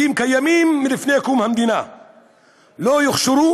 בתים קיימים לפני קום המדינה לא יוכשרו